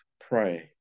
pray